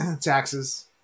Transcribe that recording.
Taxes